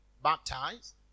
Baptized